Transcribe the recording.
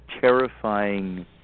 terrifying